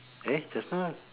eh just now